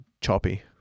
choppy